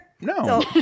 No